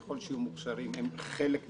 ככל שהם מוכשרים, הם חלק מהמערכת?